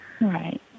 Right